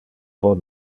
bon